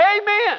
Amen